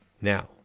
Now